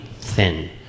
thin